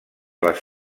les